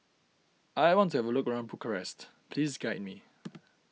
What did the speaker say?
I want to have a look around Bucharest please guide me